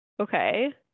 Okay